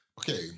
Okay